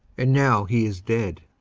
and now he is dead.